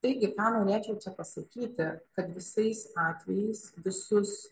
taigi ką norėčiau čia pasakyti kad visais atvejais visus